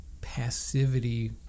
passivity